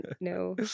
No